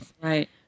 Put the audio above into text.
Right